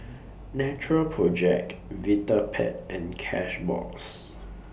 Natural Project Vitapet and Cashbox